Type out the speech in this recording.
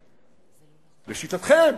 לשיטתכם.